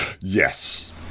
Yes